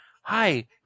hi